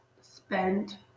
spend –